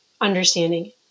understanding